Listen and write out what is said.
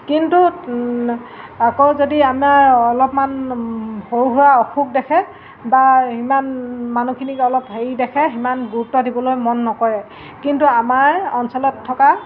কিন্তু আকৌ যদি আমাৰ অলপমান সৰু সুৰা অসুখ দেখে বা সিমান মানুহখিনিক অলপ হেৰি দেখে সিমান গুৰুত্ব দিবলৈ মন নকৰে কিন্তু আমাৰ অঞ্চলত থকা